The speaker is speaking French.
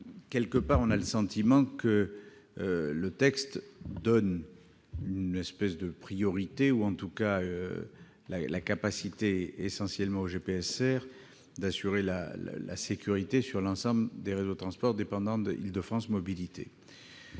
Quelque part, on a le sentiment que le texte donne une espèce de priorité ou, en tout cas, accorde davantage de latitude au GPSR pour assurer la sécurité sur l'ensemble des réseaux de transport dépendant d'Île-de-France Mobilités.